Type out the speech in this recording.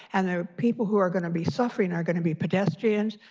and the people who are going to be suffering are going to be pedestrians,